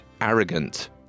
arrogant